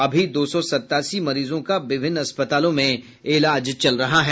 अभी दो सौ सतासी मरीजों का विभिन्न अस्पतालों में इलाज चल रहा है